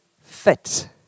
fit